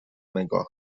نگاه